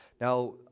Now